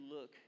look